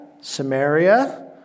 Samaria